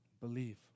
Believe